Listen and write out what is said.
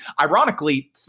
Ironically